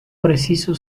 preciso